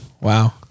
Wow